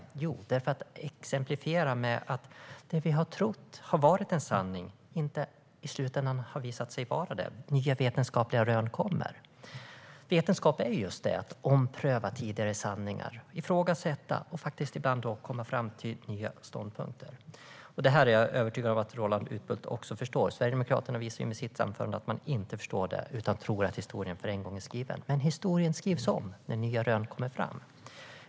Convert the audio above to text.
Jo, det gjorde jag för att exemplifiera att det som vi har trott har varit en sanning i slutändan har visat sig inte vara det. Nya vetenskapliga rön kommer. Vetenskap handlar just om att ompröva tidigare sanningar, ifrågasätta och ibland faktiskt komma fram till nya ståndpunkter. Detta är jag övertygad om att Roland Utbult också förstår. Sverigedemokraterna visar med sitt anförande att man inte förstår det, utan tror att historien en gång för alla är skriven. Men historien skrivs om när nya rön kommer fram.